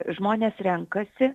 žmonės renkasi